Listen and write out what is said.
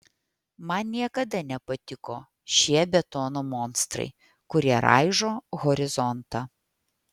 man niekada nepatiko šie betono monstrai kurie raižo horizontą